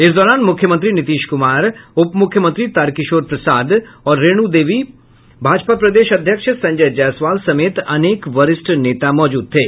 इस दौरान मुख्यमंत्री नीतीश कुमार उप मुख्यमंत्री तारकिशोर प्रसाद और रेणु देवी भाजपा प्रदेश अध्यक्ष संजय जायसवाल समेत अनेक वरिष्ठ नेता मौजूद थे